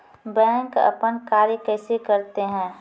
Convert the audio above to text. Bank अपन कार्य कैसे करते है?